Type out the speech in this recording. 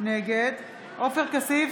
נגד עופר כסיף,